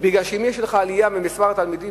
כי אם יש לך עלייה במספר התלמידים